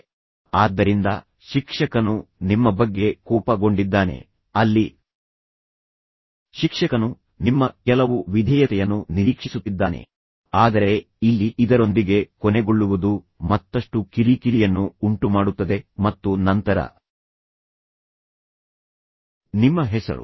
ಆದ್ದರಿಂದ ಶಿಕ್ಷಕನು ಈಗಾಗಲೇ ಈ ಬಹಳಷ್ಟು ಪ್ರೀತಿಯನ್ನು ಓದಿದಾಗ ಶಿಕ್ಷಕನು ನಿಮ್ಮ ಬಗ್ಗೆ ಕೋಪಗೊಂಡಿದ್ದಾನೆ ಅಲ್ಲಿ ಶಿಕ್ಷಕನು ನಿಮ್ಮ ಕೆಲವು ವಿಧೇಯತೆಯನ್ನು ನಿರೀಕ್ಷಿಸುತ್ತಿದ್ದಾನೆ ನಿಮ್ಮ ನಿಷ್ಠೆಯಿಂದ ನಿಮ್ಮ ವಿಧೇಯತೆಯನ್ನು ನಿರೀಕ್ಷಿಸುತ್ತಿದ್ದಾನೆ ಆದರೆ ಇಲ್ಲಿ ಇದರೊಂದಿಗೆ ಕೊನೆಗೊಳ್ಳುವುದು ಮತ್ತಷ್ಟು ಕಿರಿಕಿರಿಯನ್ನು ಉಂಟುಮಾಡುತ್ತದೆ ಮತ್ತು ನಂತರ ನಿಮ್ಮ ಹೆಸರು